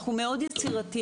אנחנו מאוד יצירתיים,